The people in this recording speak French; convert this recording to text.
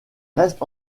reste